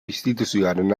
instituzioaren